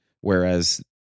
Whereas